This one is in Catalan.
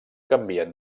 canvien